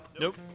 Nope